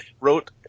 wrote –